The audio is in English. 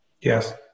Yes